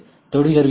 தொடு கருவி முறை